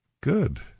Good